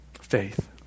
Faith